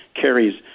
carries